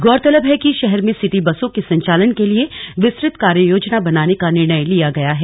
गौरतलब है कि शहर में सिटी बसों के संचालन के लिए विस्तृत कार्ययोजना बनाने का निर्णय लिया गया है